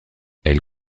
elle